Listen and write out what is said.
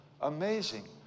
Amazing